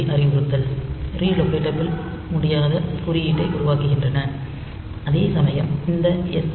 B அறிவுறுத்தல் relocatable முடியாத குறியீட்டை உருவாக்குகின்றன அதேசமயம் இந்த எஸ்